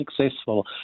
successful